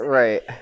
right